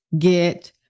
Get